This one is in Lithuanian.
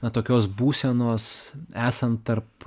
na tokios būsenos esant tarp